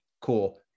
Cool